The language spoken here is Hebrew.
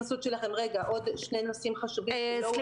עוד שני נושאים חשובים שלא הועלו.